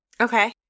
okay